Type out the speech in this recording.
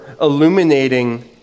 illuminating